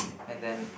and then